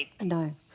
no